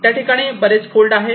त्या ठिकाणी बरेच फोल्ड आहे